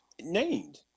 Named